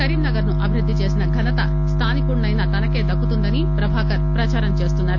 కరీంనగర్ ను అభివృద్ది చేసిన ఘనత స్టానికుడిసైన తనకే దక్కుతుందని ప్రభాకర్ ప్రదారం చేస్తున్నారు